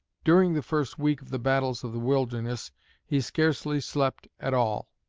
during the first week of the battles of the wilderness he scarcely slept at all.